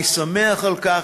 אני שמח על כך.